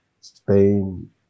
Spain